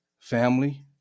family